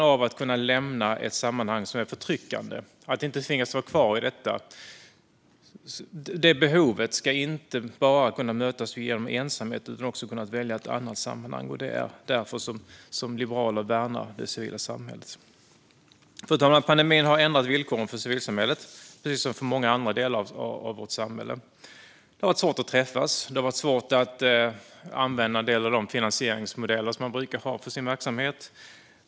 Behovet av att kunna lämna ett sammanhang som är förtryckande, att inte tvingas vara kvar i det, ska inte enbart kunna mötas genom att man väljer ensamheten utan även genom att man kan välja ett annat sammanhang. Det är därför liberaler värnar det civila samhället. Fru talman! Pandemin har ändrat villkoren för civilsamhället, precis som för många andra delar av vårt samhälle. Det har varit svårt att träffas, och det har varit svårt att använda en del av de finansieringsmodeller man brukar ha för sin verksamhet.